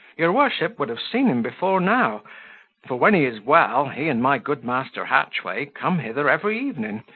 your worship would have seen him before now for, when he is well, he and my good master hatchway come hither every evening,